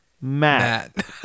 Matt